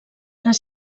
les